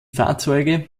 fahrzeuge